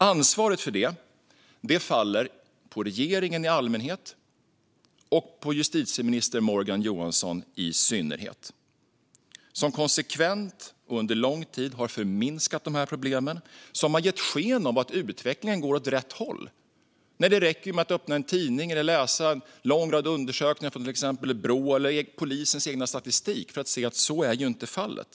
Ansvaret för det faller på regeringen i allmänhet och på justitieminister Morgan Johansson i synnerhet, som under lång tid konsekvent har förminskat problemen och gett sken av att utvecklingen går åt rätt håll. Det räcker med att öppna en tidning eller att läsa en lång rad undersökningar från till exempel Brå, eller polisens egen statistik, för att se att så inte är fallet.